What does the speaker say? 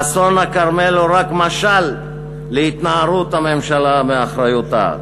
אסון הכרמל הוא רק משל להתנערות הממשלה מאחריותה.